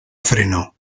frenó